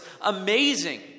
amazing